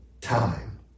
time